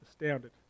astounded